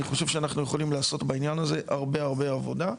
אני חושב שאנחנו יכולים לעשות בעניין הזה הרבה הרבה עבודה.